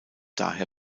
daher